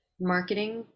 marketing